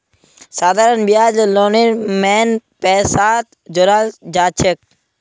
साधारण ब्याज लोनेर मेन पैसात जोड़ाल जाछेक